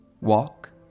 walk